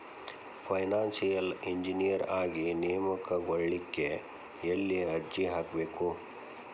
Financial engineer ಆಗಿ ನೇಮಕಗೊಳ್ಳಿಕ್ಕೆ ಯೆಲ್ಲಿ ಅರ್ಜಿಹಾಕ್ಬೇಕು?